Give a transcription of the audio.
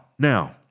Now